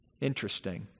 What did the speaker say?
interesting